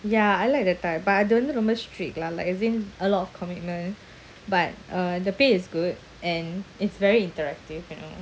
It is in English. ya I like that type but I அதுவந்துரொம்ப:adhu vandhu romba strict lah like as in a lot of commitment but uh the pay is good and it's very interactive you know